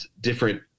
different